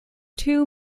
two